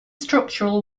structural